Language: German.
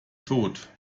tot